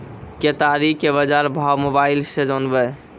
केताड़ी के बाजार भाव मोबाइल से जानवे?